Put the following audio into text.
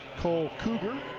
cole cougar.